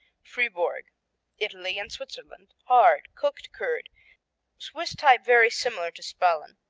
fribourg italy and switzerland hard cooked-curd, swiss type very similar to spalen.